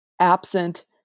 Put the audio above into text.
absent